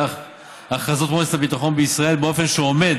הכרזות מועצת הביטחון בישראל באופן שעומד